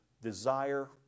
desire